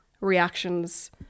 reactions